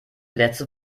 letzte